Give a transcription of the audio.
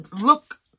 Look